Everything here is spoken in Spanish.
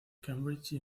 cambridge